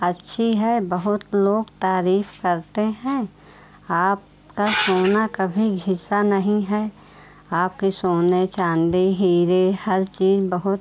अच्छी है बहुत लोग तारीफ़ करते हैं आपका सोना कभी घिसा नहीं है आपके सोने चाँदी हीरे हर चीज़ बहुत